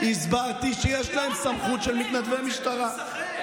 הסברתי שיש להם סמכות של מתנדבי משטרה.